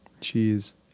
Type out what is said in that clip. cheese